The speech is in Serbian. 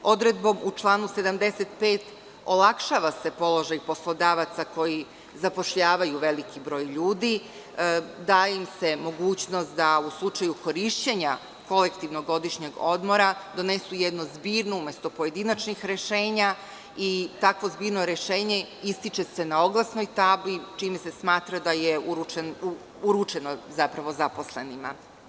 Odredbom u članu 75. se olakšava položaj poslodavaca koji zapošljavaju veliki broj ljudi, daje im se mogućnost da u slučaju korišćenja kolektivnog godišnjeg odmora donesu jedno zbirno umesto pojedinačna rešenja i tako zbirno rešenje se ističe na oglasnoj tabli, čime se smatra da je uručeno zaposlenima.